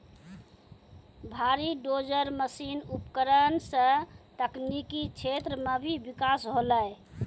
भारी dozer machine उपकरण सें तकनीकी क्षेत्र म भी बिकास होलय